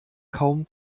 kaum